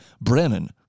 Brennan